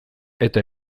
eta